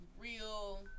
real